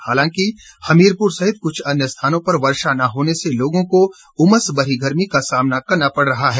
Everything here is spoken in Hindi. हालांकि हमीरपुर सहित कुछ अन्य स्थानों पर वर्षा न होने से लोगों को उमस भरी गर्मी का सामना करना पड़ रहा है